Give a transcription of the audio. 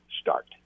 start